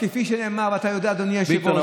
כפי שנאמר, ואתה יודע, אדוני היושב-ראש, תודה רבה.